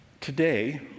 today